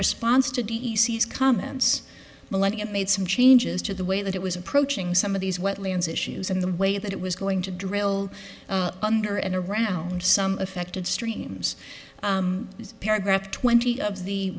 response to d e c s comments millennium made some changes to the way that it was approaching some of these wetlands issues in the way that it was going to drill under and around so affected streams paragraph twenty of the